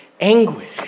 anguish